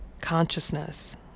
consciousness